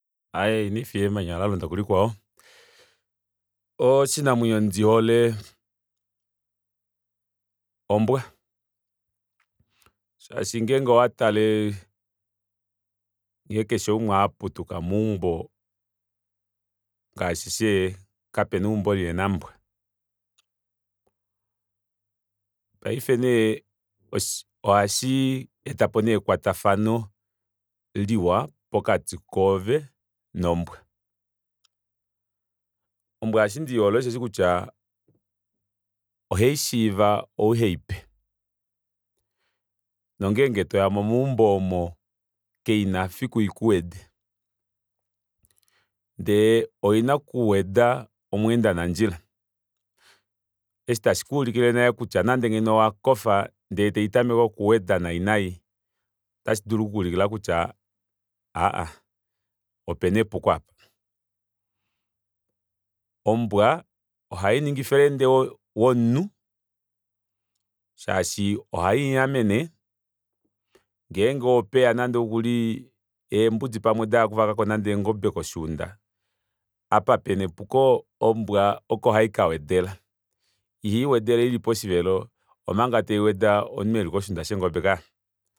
Aaye ina difiya emanya lalonda kulikwao oshinamwenyo ndihole ombwa shaashi ngenge owatale nghee keshe umwe aputuka meumbo kapena oumbo lihena ombwa paife nee ohashi etapo nee ekwatafano liwa pokati koye nombwa ombwa eshi ndiihole osheshi kutya ohaishiiva oo heiyipe nongenge toyamo meumbo omo kaina fiku ikuwede ndee oina kuweda omweenda nandjia osho tashikulilikele kutya nande ngeno owakofa ndee taitameke okuweda nai nai otashidulu okukulikila kutya aaye opena epuko aapa ombwa ohaningi friende womunhu shaashi ohai mwaamene ngenge opeya nande ookuli eembudi pamwe dahala okuvakako nande eengobe koshuunda apa pena epuko ombwa oko haikawedela ihaiwedele poshivelo omanga omunhu eli koshuunda sheengobe kaya